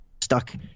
stuck